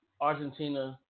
Argentina